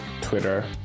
Twitter